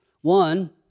One